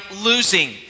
losing